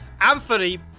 Anthony